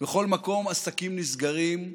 בכל מקום עסקים נסגרים,